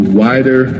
wider